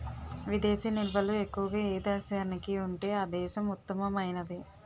విదేశీ నిల్వలు ఎక్కువగా ఏ దేశానికి ఉంటే ఆ దేశం ఉత్తమమైనది